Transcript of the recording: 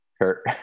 Kurt